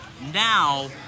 Now